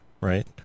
right